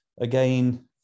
again